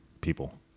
people